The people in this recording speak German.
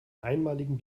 einmaligen